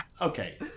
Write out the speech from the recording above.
Okay